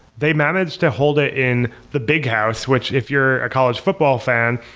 they managed to hold it in the big house, which if you're a college football fan,